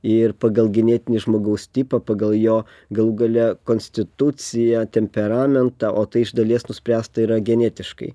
ir pagal genetinį žmogaus tipą pagal jo galų gale konstituciją temperamentą o tai iš dalies nuspręsta yra genetiškai